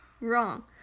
Wrong